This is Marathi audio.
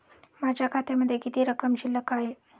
माझ्या खात्यामध्ये किती रक्कम शिल्लक आहे?